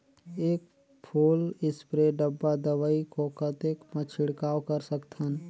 एक full spray डब्बा दवाई को कतेक म छिड़काव कर सकथन?